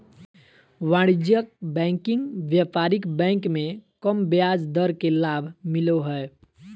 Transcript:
वाणिज्यिक बैंकिंग व्यापारिक बैंक मे कम ब्याज दर के लाभ मिलो हय